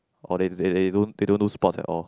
or they they they don't they don't do sports at all